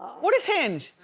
what is hinge?